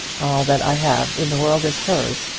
all that i have in the world is hers.